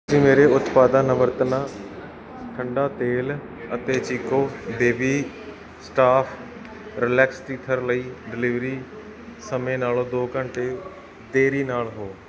ਤੁਸੀਂ ਮੇਰੇ ਉਤਪਾਦਾਂ ਨਵਰਤਨਾ ਠੰਡਾ ਤੇਲ ਅਤੇ Chicco baby staff relax teether ਲਈ ਡਿਲੀਵਰੀ ਸਮੇਂ ਨਾਲੋਂ ਦੋ ਘੰਟੇ ਦੇਰੀ ਨਾਲ ਹੋ